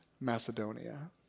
Macedonia